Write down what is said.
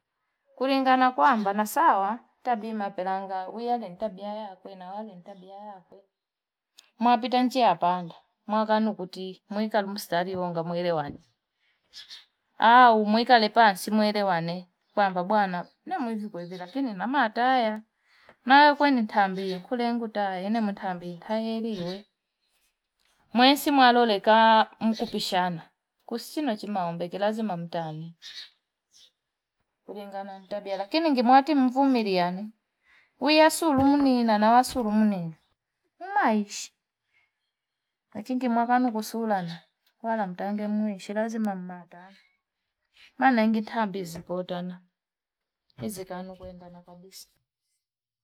Kulingana kwamba. Nasawa, tabi mapelanga. Uwiyale, itabiya yakwe. Itabiya yakwe. Mwapitanchi ya panda. Mwakanu kuti. Mwikalumustari wonga mwelewana. Awe, mwikalipasi mwelewane. Kwamba bwana. Na mwifiko ewele. Lakini, na mwatana ya. Na kwenye nintambi inu. Kulengu nintambi inu. Na mwitambi inu. Haliyewe. Mwensi mwaloleka mkupishana. Kusino chima mbeki. Lazima mutange. Kulingana itabiya. Lakini, mwati mfumiria yani. Uwea suru mwini. Nanawa suru mwini. Umaishi. Lakini, mwakanu kusuulana. Wala mutange mwishi. Lazima mmwatana. Mwana ingi thambi hizibotana. Hizikanu kwenda na kabisa.